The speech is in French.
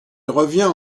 revient